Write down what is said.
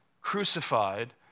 crucified